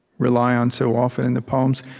rely on so often in the poems